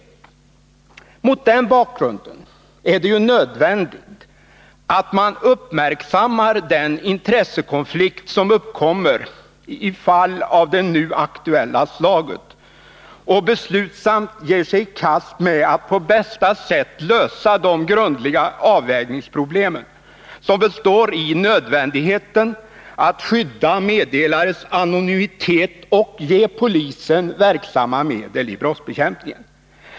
213 Mot den bakgrunden är det nödvändigt att man uppmärksammar den intressekonflikt som uppkommer i fall av det nu aktuella slaget och beslutsamt ger sig i kast med att på bästa sätt lösa de grannlaga avvägningsproblemen som består i nödvändigheten att skydda meddelares anonymitet och ge polisen verksamma medel i brottsbekämpningen.